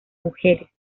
mujeres